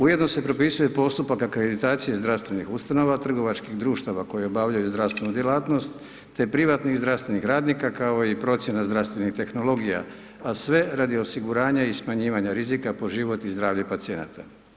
Ujedno se propisuje postupak akreditacije zdravstvenih ustanova, trgovačkih društava koje obavljaju zdravstvenu djelatnost te privatnih zdravstvenih radnika kao i procjena zdravstvenih tehnologija, a sve radi osiguranja i smanjivanja rizika po život i zdravlje pacijenata.